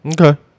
okay